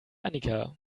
annika